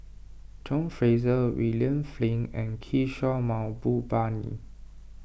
John Fraser William Flint and Kishore Mahbubani